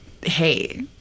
hey